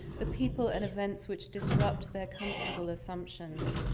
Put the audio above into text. the people and events which disrupt their comfortable assumptions.